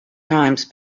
times